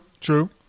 true